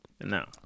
No